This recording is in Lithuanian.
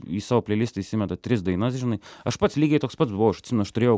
į savo pleilistą įsimeta tris dainas žinai aš pats lygiai toks pats buvau aš atsimenu aš turėjau